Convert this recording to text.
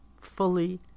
fully